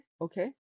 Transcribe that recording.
Okay